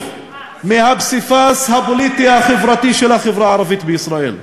מהפסיפס הפוליטי-חברתי של החברה הערבית בישראל,